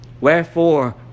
Wherefore